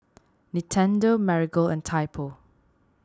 Nintendo Marigold and Typo